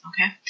Okay